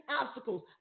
obstacles